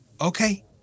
Okay